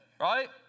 Right